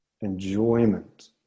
enjoyment